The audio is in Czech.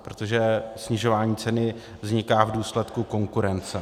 Protože snižování ceny vzniká v důsledku konkurence.